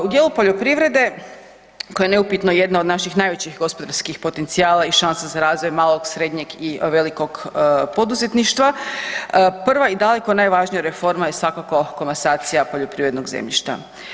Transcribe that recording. U dijelu poljoprivrede koja je neupitno jedna od naših najvećih gospodarskih potencijala i šanse za razvoj malog, srednjeg i velikog poduzetništva, prva i daleko najvažnija reforma je svakako komasacija poljoprivrednog zemljišta.